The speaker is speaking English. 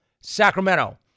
Sacramento